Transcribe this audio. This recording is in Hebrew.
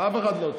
אף אחד לא.